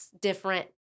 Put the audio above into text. different